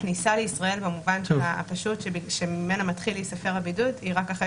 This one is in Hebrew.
הכניסה לישראל במובן הפשוט שממנו מתחיל הבידוד היא רק אחרי